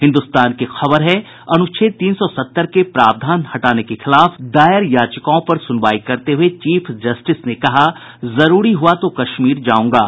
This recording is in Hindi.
हिन्दुस्तान की खबर है अनुच्छेद तीन सौ सत्तर के प्रावधान हटाने के खिलाफ दायर याचिकाओं पर सुनवाई करते हुए चीफ जस्टिस ने कहा जरूरी हुआ तो कश्मीर जाऊंगा